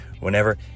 whenever